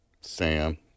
Sam